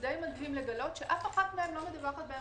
ודי מדהים לגלות שאף אחת מהן לא מדווחת באנגלית,